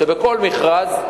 שבכל מכרז,